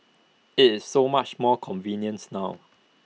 IT is so much more convenience now